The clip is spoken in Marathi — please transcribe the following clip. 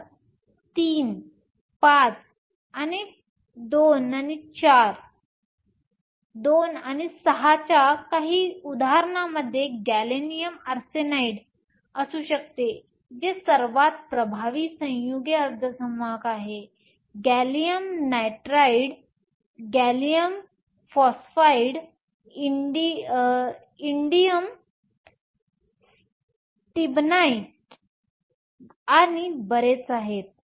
तर III V आणि II VI च्या काही उदाहरणांमध्ये गॅलियम आर्सेनाइड असू शकते जे सर्वात प्रभावी संयुगे अर्धसंवाहक आहे gallium nitride gallium phosphide indium stibnite आणि बरेच आहेत